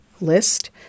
list